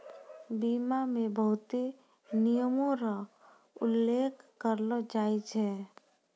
बीमा मे बहुते नियमो र उल्लेख करलो जाय छै